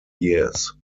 years